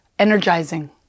energizing